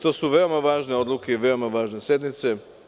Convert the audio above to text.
To su veoma važne odluke i veoma važne sednice.